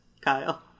Kyle